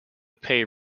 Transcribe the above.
pay